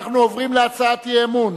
אנחנו עוברים להצעת אי-אמון,